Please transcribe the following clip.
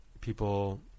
people